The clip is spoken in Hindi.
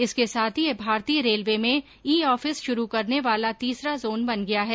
इसके साथ ही यह भारतीय रेलवे में ई ऑफिस शुरू करने वाला तीसरा जोन बन गया है